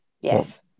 Yes